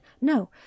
No